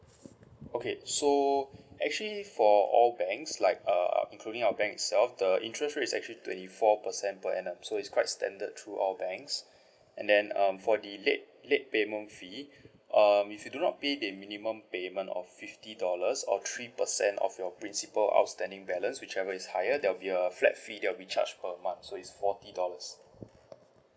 okay so actually for all banks like uh including our bank itself the interest rate is actually twenty four percent per annum so it's quite standard through all banks and then um for the late late payment fee um if you do not pay the minimum payment of fifty dollars or three percent of your principal outstanding balance whichever is higher there'll be a flat fee there'll be a charge per month so it's forty dollars